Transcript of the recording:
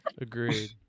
Agreed